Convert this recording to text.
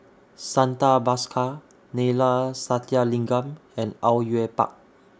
Santha Bhaskar Neila Sathyalingam and Au Yue Pak